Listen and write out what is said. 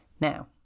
now